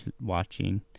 watching